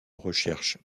recherche